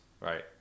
right